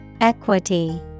Equity